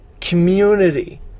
community